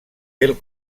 del